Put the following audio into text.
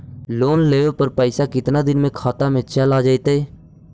Loan लेब पर पैसा कितना दिन में खाता में चल आ जैताई?